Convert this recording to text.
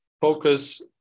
focus